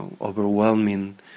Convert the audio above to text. overwhelming